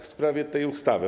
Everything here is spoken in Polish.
W sprawie tej ustawy.